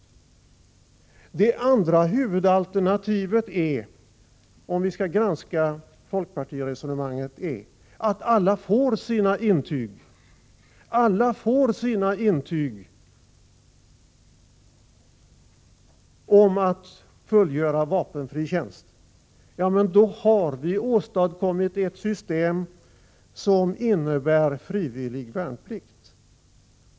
Det andra huvudalternativet, om vi skall granska folkpartiresonemanget, är att alla får sina intyg om att fullgöra vapenfri tjänst. Ja, men då har vi åstadkommit ett system som innebär frivillig värnplikt.